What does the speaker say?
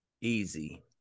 Easy